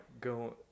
go